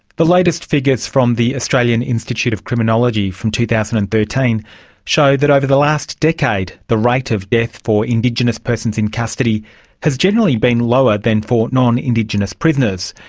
the latest figures from the australian institute of criminology from two thousand and thirteen showed that over the last decade the rate of death for indigenous persons in custody has generally been lower than for non-indigenous prisoners,